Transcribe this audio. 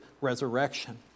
resurrection